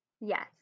Yes